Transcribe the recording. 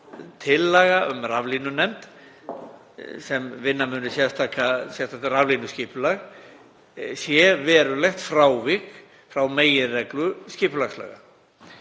tillaga um raflínunefnd sem vinna muni sérstakt vinnuskipulag, sé verulegt frávik frá meginreglu skipulagslaga.